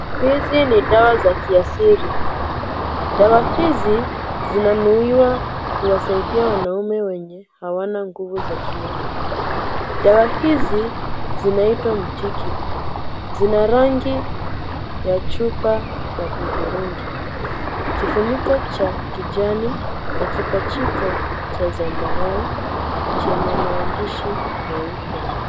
Hizi ni dawa za kiasili. Dawa hizi zinanuiwa kuwasaidia wanaume wenye hawana nguvu za kiume. Dawa hizi zinaitwa mtiki. Zina rangi ya chupa ya hudhurungi. Kifuniko cha kijani na kipachiko cha zambarau chenye maandishi meupe.